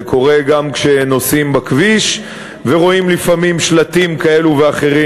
זה קורה גם כשנוסעים בכביש ורואים לפעמים שלטים כאלה ואחרים,